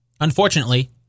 Unfortunately